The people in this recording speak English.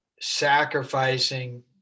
sacrificing